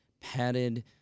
padded